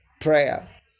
Prayer